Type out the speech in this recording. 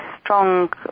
Strong